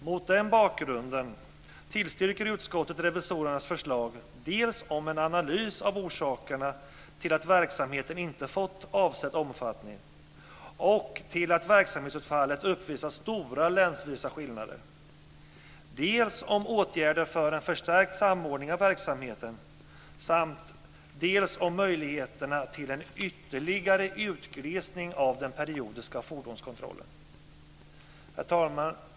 Mot den bakgrunden tillstyrker utskottet revisorernas förslag om dels en analys av orsakerna till att verksamheten inte fått avsedd omfattning och till att verksamhetsutfallet uppvisar stora länsvisa skillnader, dels om åtgärder för en förstärkt samordning av verksamheten, dels om möjligheterna till en ytterligare utglesning av den periodiska fordonskontrollen. Herr talman!